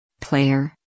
Player